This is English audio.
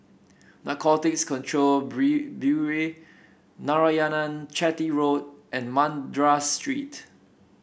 Narcotics Control Bureau Narayanan Chetty Road and Madras Street